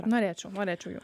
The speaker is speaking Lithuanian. norėčiau norėčiau jo